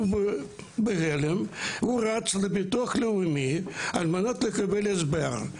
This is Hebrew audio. הוא בהלם ורץ לביטוח לאומי על מנת לקבל הסבר,